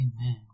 Amen